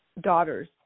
daughters